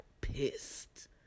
pissed